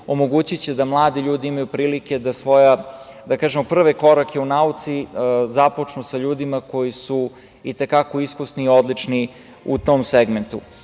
omogućiće da mladi ljudi imaju prilike da svoje prve korake u nauci započnu sa ljudima koji su i te kako iskusni i odlični u tom segmentu. Ono